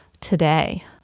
today